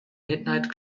midnight